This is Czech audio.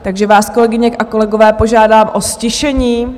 Takže vás, kolegyně a kolegové, požádám o ztišení.